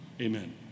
Amen